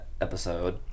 episode